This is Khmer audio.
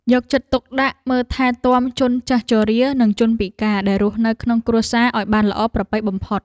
យកចិត្តទុកដាក់មើលថែទាំជនចាស់ជរានិងជនពិការដែលរស់នៅក្នុងគ្រួសារឱ្យបានល្អប្រពៃបំផុត។